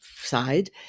side